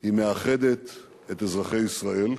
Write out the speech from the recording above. היא מאחדת את אזרחי ישראל.